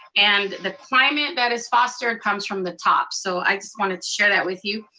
and the climate that is fostered comes from the top, so i just wanted to share that with you.